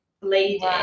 lady